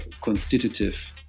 constitutive